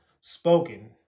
spoken